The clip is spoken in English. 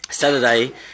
Saturday